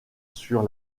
sur